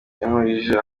yankurije